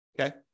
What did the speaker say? Okay